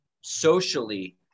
socially